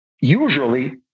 usually